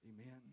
Amen